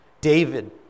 David